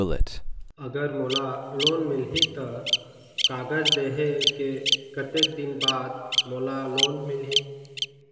अगर मोला लोन मिलही त कागज देहे के कतेक दिन बाद मोला लोन मिलही?